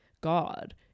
God